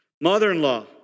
Mother-in-law